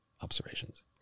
observations